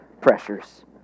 pressures